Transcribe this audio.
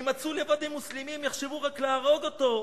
יימצאו לבד עם מוסלמי, הם יחשבו רק להרוג אותו.